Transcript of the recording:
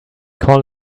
call